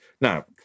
Now